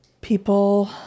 people